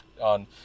on